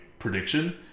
prediction